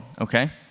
okay